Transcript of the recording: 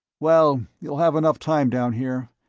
well, you'll have enough time down here.